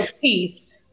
peace